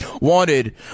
wanted